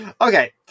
Okay